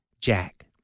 Jack